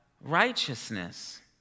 righteousness